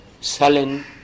Sullen